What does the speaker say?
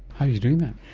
how are you doing that?